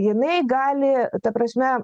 jinai gali ta prasme